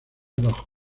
bajo